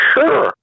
Sure